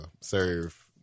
serve –